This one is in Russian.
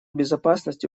безопасности